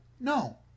No